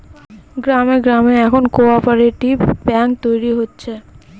গ্রামে গ্রামে এখন কোঅপ্যারেটিভ ব্যাঙ্ক তৈরী হচ্ছে